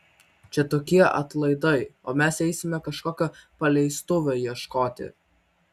čia tokie atlaidai o mes eisime kažkokio paleistuvio ieškoti